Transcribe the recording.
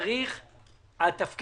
לא קשור לוועדת חקירה ממלכתית.